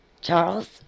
charles